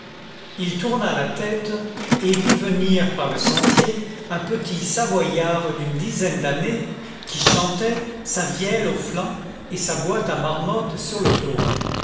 il tourna la tête et vit venir par le sentier un petit savoyard d'une dizaine d'années qui chantait sa vielle au flanc et sa boîte à marmotte sur le dos